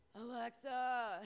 Alexa